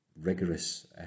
rigorous